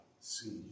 see